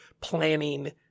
planning